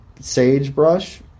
sagebrush